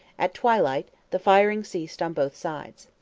at twilight the firing ceased on both sides.